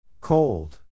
Cold